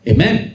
Amen